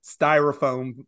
styrofoam